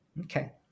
Okay